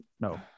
no